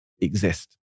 exist